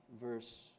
verse